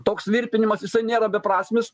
toks virpinimas jisai nėra beprasmis